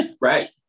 Right